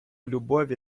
любові